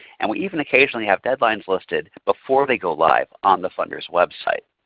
and we even occasionally have deadlines listed before they go live on the funder's website.